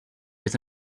was